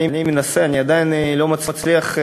אני מנסה, אני עדיין לא מצליח,